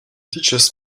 teaches